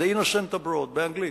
The Innocents Abroad באנגלית.